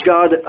God